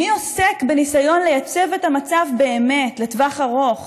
מי עוסק בניסיון לייצב את המצב באמת לטווח ארוך?